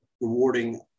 rewarding